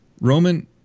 Roman